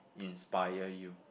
inspire you